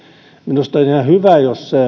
minusta olisi ihan hyvä jos